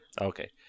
Okay